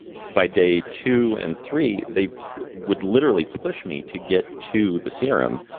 by day two and three, they would literally push me to get to the serum.